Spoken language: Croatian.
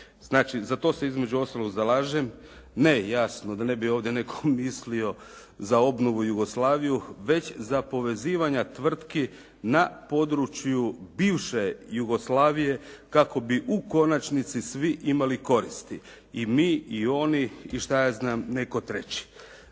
Znači za to se između ostalog zalažem, ne jasno da ne bi ovdje netko mislio za obnovu Jugoslaviju već za povezivanja tvrtki na području bivše Jugoslavije kako bi u konačnici svi imali koristi i mi, i oni i šta ja znam netko treći.